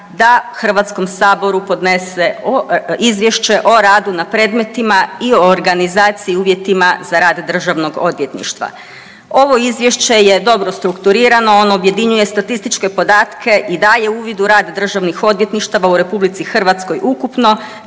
da Hrvatskom saboru podnese izvješće o radu na predmetima i o organizaciji i uvjetima za rad državnog odvjetništva. Ovo izvješće je dobro strukturirano ono objedinjuje statističke podatke i daje uvid u rad državnih odvjetništava u RH ukupno